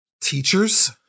Teachers